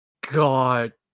God